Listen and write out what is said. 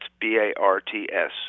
B-A-R-T-S